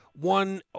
One